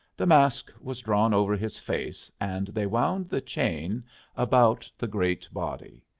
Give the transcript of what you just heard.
the mask was drawn over his face, and they wound the chain about the great body.